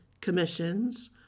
commissions